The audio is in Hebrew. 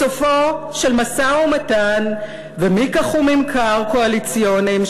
בסופו של משא-ומתן ומיקח וממכר קואליציוניים,